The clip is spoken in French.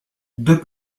deux